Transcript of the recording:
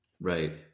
Right